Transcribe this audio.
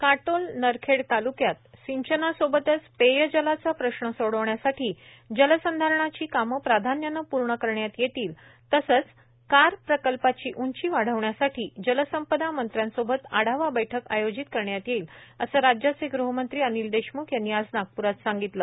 काटोल नरखेड ताल्क्यात सिंचनासोबतच पेय जलाचा प्रश्न सोडविण्यासाठी जलसंधारणाची काम प्राधान्यान पूर्ण करण्यात येतील तसच कार प्रकल्पाची ऊंची वाढविण्यासाठी जलसंपदा मंत्र्यांसोबत आढावा बैठक आयोजित करण्यात येईल अस राज्याचे गृहमंत्री अनिल देशम्ख यांनी आज नागप्रात सांगितल